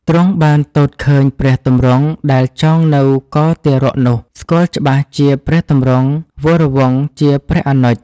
ទ្រង់បាន ទតឃើញព្រះទម្រង់ដែលចងនៅកទារកនោះ ស្គាល់ច្បាស់ជាព្រះទម្រង់វរវង្សជាព្រះអនុជ ។